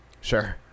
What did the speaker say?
sure